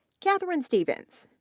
katherine stephens,